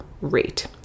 rate